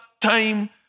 time